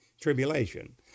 tribulation